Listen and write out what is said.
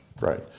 Right